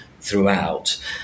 throughout